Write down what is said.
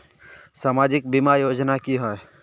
सामाजिक बीमा योजना की होय?